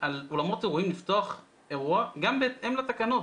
על אולמות אירועים לפתוח אירוע גם בהתאם לתקנות.